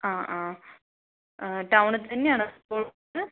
ആ ആ ആ ടൗണിൽ തന്നെയാണോ സ്കൂളുള്ളത്